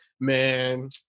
man